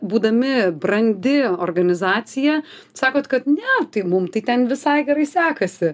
būdami brandi organizacija sakot kad ne tai mum tai ten visai gerai sekasi